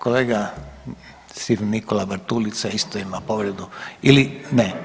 Kolega Nikola Bartulica isto ima povredu ili ne?